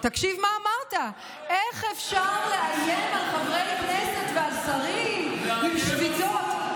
תקשיב מה אמרת: איך אפשר לאיים על חברי כנסת ועל שרים עם שביתות?